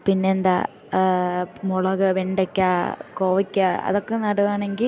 പിന്നെന്താ മുളക് വെണ്ടയ്ക്ക കോവയ്ക്ക അതൊക്കെ നടുകയാണെങ്കിൽ